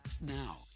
Now